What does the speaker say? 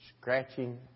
Scratching